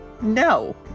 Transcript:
No